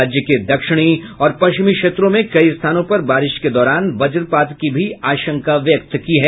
राज्य के दक्षिणी और पश्चिमी क्षेत्रों में कई स्थानों पर बारिश के दौरान वज्रपात की भी आशंका व्यक्त की है